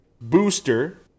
booster